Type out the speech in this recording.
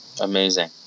amazing